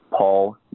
Paul